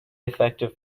effective